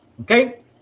okay